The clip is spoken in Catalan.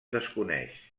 desconeix